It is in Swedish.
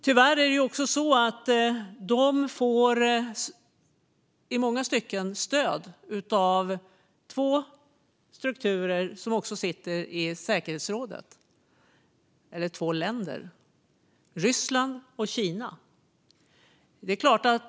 Tyvärr får de också i många stycken stöd av två länder som sitter i säkerhetsrådet: Ryssland och Kina.